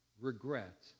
regret